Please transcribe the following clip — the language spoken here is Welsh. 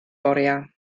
oriau